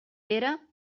pere